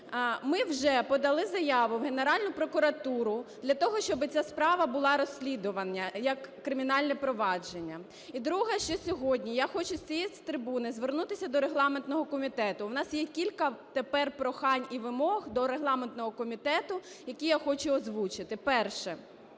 Ми вже подали заяву в Генеральну прокуратуру для того, щоб ця справа була розслідувана як кримінальне провадження. І, друге, що сьогодні я хочу з цієї трибуни звернутися до регламентного комітету. У нас є кілька тепер прохань і вимог до регламентного комітету, який я хочу озвучити. Перше.